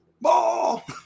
ball